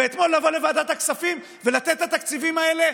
ואתמול לבוא לוועדת הכספים ולתת את התקציבים האלה,